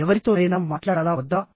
ఎవరితోనైనా మాట్లాడాలా వద్దా